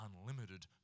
unlimited